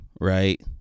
right